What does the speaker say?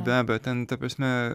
be abejo ten ta prasme